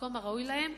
במקום הראוי להן,